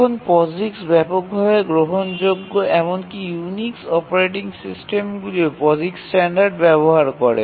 এখন পসিক্স ব্যাপকভাবে গ্রহণযোগ্য এমনকি ইউনিক্স অপারেটিং সিস্টেমগুলিও পসিক্স স্ট্যান্ডার্ড ব্যবহার করে